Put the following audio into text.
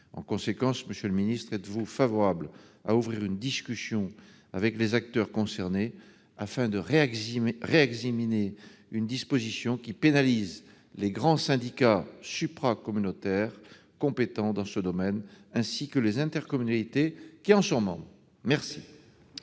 En conséquence, monsieur le ministre, êtes-vous favorable à l'ouverture d'une discussion avec les acteurs concernés, afin de réexaminer une disposition qui pénalise les grands syndicats supracommunautaires compétents dans ce domaine, ainsi que les intercommunalités qui en sont membres ? La